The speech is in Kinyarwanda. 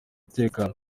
umutekano